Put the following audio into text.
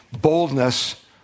boldness